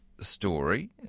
story